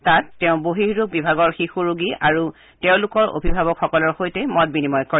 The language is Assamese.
তাত তেওঁ বহিঃৰোগ বিভাগৰ শিশু ৰোগী আৰু তেওঁলোকৰ অভিভাৱকসকলৰ সৈতে মত বিনিময় কৰে